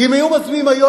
כי אם היו מצביעים היום,